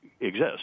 exist